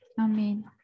Amen